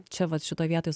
čia vat šitoj vietoj